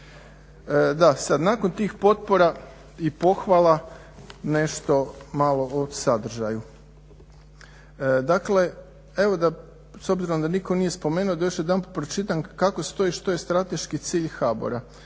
Sad nakon tih potpora i pohvala nešto malo o sadržaju. Dakle, evo s obzirom da nitko nije spomenuo da još jedanput pročitam kako stoji što je strateški cilj HBOR-a,